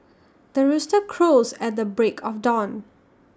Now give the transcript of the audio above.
the rooster crows at the break of dawn